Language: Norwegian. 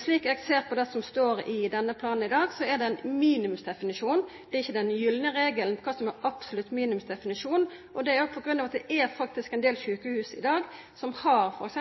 Slik eg ser på det som står i denne planen i dag, er det ein minimumsdefinisjon. Det er ikkje den gylne regelen, men den absolutte minimumsdefinisjonen, og det er på grunn av at det faktisk er ein del sjukehus i dag som har f.eks.